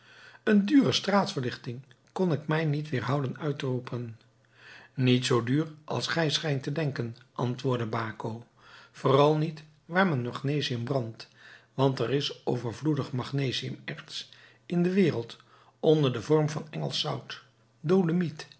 eene dure straatverlichting kon ik mij niet weêrhouden uit te roepen niet zoo duur als gij schijnt te denken antwoordde baco vooral niet waar men magnesium brandt want er is overvloedig magnesium erts in de wereld onder den vorm van